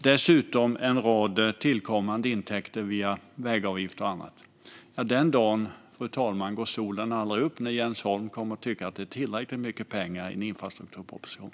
Dessutom finns en rad tillkommande intäkter via vägavgifter och annat. Den dagen, fru talman, går solen aldrig upp när Jens Holm kommer att tycka att det är tillräckligt mycket pengar i en infrastrukturproposition.